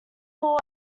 hall